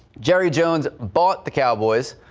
jerry jones bought the cowboys.